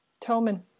toman